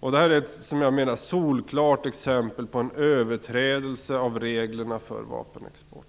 Det är ett, som jag menar, solklart exempel på en överträdelse av reglerna för vapenexport.